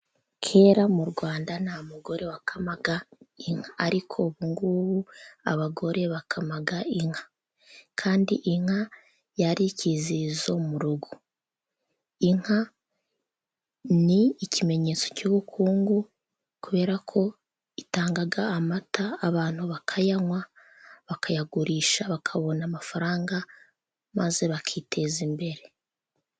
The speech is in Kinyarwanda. Kera mu Rwanda nta mugore wakamaga inka ariko ubungubu abagore bakama inka kandi inka yari ikizizo mu rugo . Inka ni ikimenyetso cy'ubukungu, kubera ko itanga, amata abantu bakayanywa ,bakayagurisha bakabona amafaranga maze bakiteza imbere.